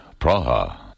Praha